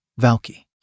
Valky